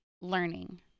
learning